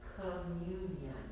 Communion